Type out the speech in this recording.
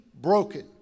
broken